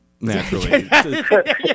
naturally